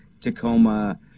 Tacoma